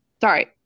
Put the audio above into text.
sorry